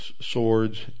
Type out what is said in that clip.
swords